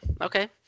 okay